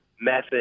method